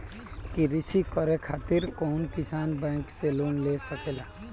कृषी करे खातिर कउन किसान बैंक से लोन ले सकेला?